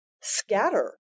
scatter